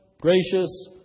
gracious